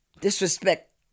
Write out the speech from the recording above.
disrespect